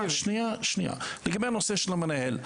לגבי הנושא של המנהל,